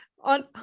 on